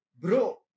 Bro